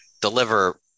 deliver